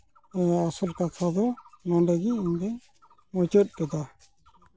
ᱱᱤᱭᱟᱹ ᱟᱥᱚᱞ ᱠᱟᱛᱷᱟ ᱫᱚ ᱱᱚᱰᱮ ᱜᱮ ᱤᱧᱫᱩᱧ ᱢᱩᱪᱟᱹᱫ ᱠᱟᱫᱟ